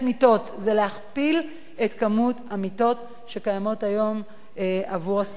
זה להכפיל את כמות המיטות שקיימות היום עבור ציבור הסטודנטים.